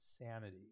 insanity